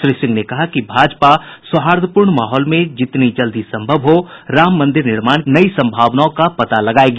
श्री सिंह ने कहा कि भाजपा सौहार्दपूर्ण माहौल में जितनी जल्दी संभव हो मंदिर निर्माण की नई संभावनाओं का पता लगाएगी